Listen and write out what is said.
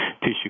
tissue